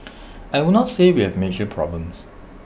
I would not say we have major problems